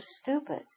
stupid